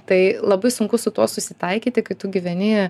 tai labai sunku su tuo susitaikyti kai tu gyveni